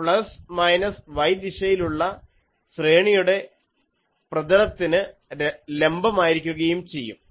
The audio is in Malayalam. പ്ലസ് മൈനസ് y ദിശയിലുള്ള ഉള്ള ശ്രേണിയുടെ പ്രതലത്തിന് ലംബമായിരിക്കുകയും ചെയ്യും